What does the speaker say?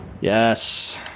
Yes